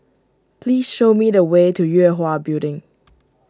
please show me the way to Yue Hwa Building